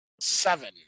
seven